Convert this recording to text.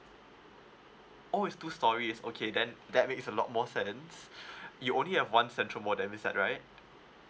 oh it's two storey okay then that makes a lot more sense you only have one central modem is that right